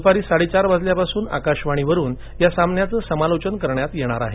दुपारी साडेचार वाजल्यापासून आकाशवाणी वरून या सामन्याचं समालोचन करण्यात येणार आहे